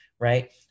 right